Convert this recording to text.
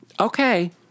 Okay